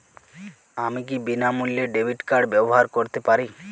আমি কি বিনামূল্যে ডেবিট কার্ড ব্যাবহার করতে পারি?